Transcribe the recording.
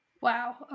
Wow